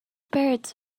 birds